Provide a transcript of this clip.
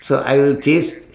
so I will chase